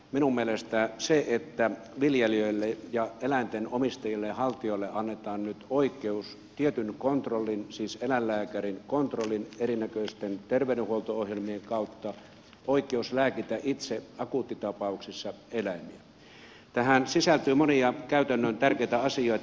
minun mielestäni siihen että viljelijöille ja eläinten omistajille ja haltijoille annetaan nyt tietyn kontrollin siis eläinlääkärin kontrollin erinäköisten terveydenhuolto ohjelmien kautta oikeus lääkitä itse akuuttitapauksissa eläimiään sisältyy monia käytännön tärkeitä asioita